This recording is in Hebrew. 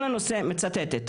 מצטטת,